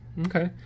okay